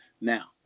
Now